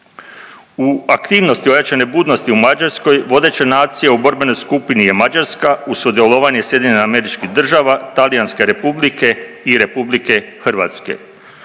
U aktivnosti ojačane budnosti u Mađarskoj vodeća nacija u borbenoj skupini je Madžarska uz sudjelovanje SAD-a, Talijanske Republike i Republike Hrvatske.